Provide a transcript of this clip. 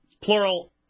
plural